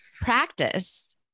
practice